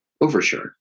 overshirt